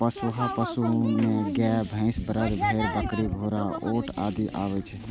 पोसुआ पशु मे गाय, भैंस, बरद, भेड़, बकरी, घोड़ा, ऊंट आदि आबै छै